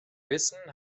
wissen